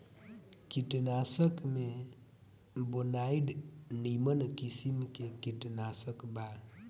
कीटनाशक में बोनाइड निमन किसिम के कीटनाशक बा